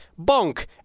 Bonk